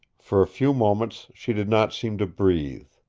for a few moments she did not seem to breathe.